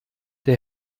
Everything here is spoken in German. der